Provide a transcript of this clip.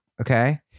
Okay